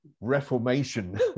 reformation